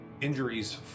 injuries